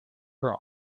her